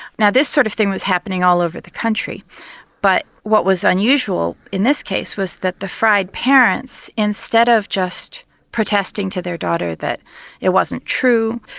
now this sort of thing was happening all over the country but what was unusual in this case was that the fried parents, instead of just protesting to their daughter that it wasn't true,